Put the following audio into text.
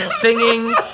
singing